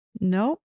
Nope